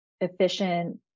efficient